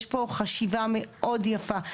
יש פה חשיבה מאוד יפה,